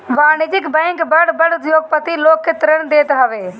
वाणिज्यिक बैंक बड़ बड़ उद्योगपति लोग के ऋण देत हवे